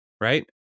right